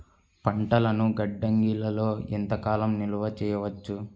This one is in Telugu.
పంటలను గిడ్డంగిలలో ఎంత కాలం నిలవ చెయ్యవచ్చు?